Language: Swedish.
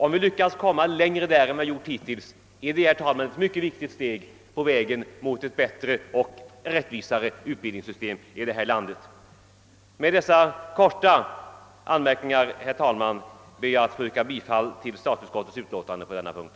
Om vi lyckas komma längre därvidlag än hittills har vi, herr talman, tagit ett mycket viktigt steg på vägen mot ett bättre och rättvisare utbildningssystem i detta land. Herr talman! Med dessa korta anmärkningar ber jag få yrka bifall till utskottets hemställan på denna punkt.